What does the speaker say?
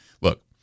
look